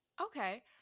okay